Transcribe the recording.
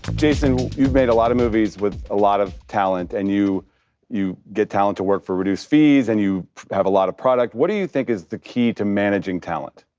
jason, you've made a lot of movies with a lot of talent and you you get talent to work for reduced fees and you have a lot of product. what do you think is the key to managing talent?